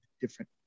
different